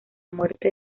muerte